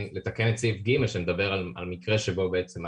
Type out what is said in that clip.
את סעיף (ג) שמדבר על מקרה שבו בעצם,